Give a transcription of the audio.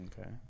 Okay